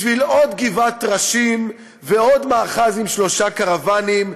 בשביל עוד גבעת טרשים ועוד מאחז עם שלושה קרוואנים,